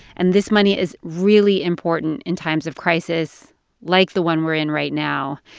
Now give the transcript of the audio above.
and this money is really important in times of crisis like the one we're in right now.